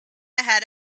ahead